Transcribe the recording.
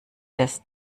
des